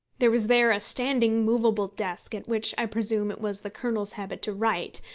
there was there a standing movable desk, at which, i presume, it was the colonel's habit to write,